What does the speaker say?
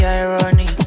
irony